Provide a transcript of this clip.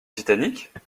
titanic